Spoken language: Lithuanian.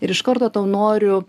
ir iš karto tau noriu